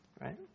right